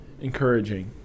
encouraging